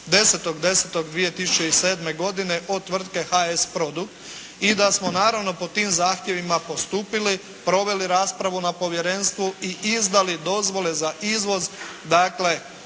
10.10.2007. godine od tvrtke "HS produkt" i da smo naravno po tim zahtjevima postupili, provjeri raspravu na povjerenstvu i izdali dozvole za izvoz, dakle